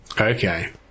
Okay